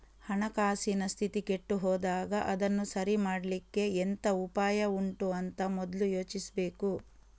ಹಣಕಾಸಿನ ಸ್ಥಿತಿ ಕೆಟ್ಟು ಹೋದಾಗ ಅದನ್ನ ಸರಿ ಮಾಡ್ಲಿಕ್ಕೆ ಎಂತ ಉಪಾಯ ಉಂಟು ಅಂತ ಮೊದ್ಲು ಯೋಚಿಸ್ಬೇಕು